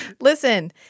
listen